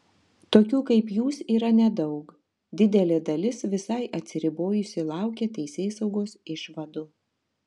tokių kaip jūs yra nedaug didelė dalis visai atsiribojusi laukia teisėsaugos išvadų